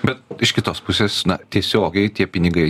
bet iš kitos pusės na tiesiogiai tie pinigai